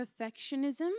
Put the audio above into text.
perfectionism